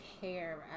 care